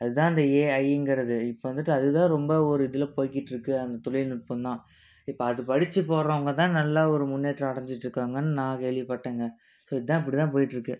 அது தான் அந்த ஏஐங்குறது இப்போ வந்துட்டு அதுதான் ரொம்ப ஒரு இதில் போய்கிட்டு இருக்கு அந்த தொழில்நுட்பந்தான் இப்போ அது படித்து போகிறவங்கதான் நல்லா ஒரு முன்னேற்றம் அடைஞ்சிக்கிட்டு இருக்கிறாங்கன்னு நான் கேள்விப்பட்டேங்க ஸோ இதான் இப்படிதான் போயிட்டுருக்குது